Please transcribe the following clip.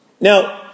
Now